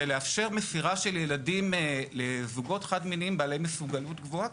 לאפשר מסירה של ילדים לזוגות חד-מיניים בעלי מסוגלות גבוהה,